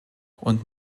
und